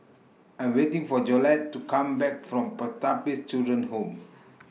I'm waiting For Jolette to Come Back from Pertapis Children Home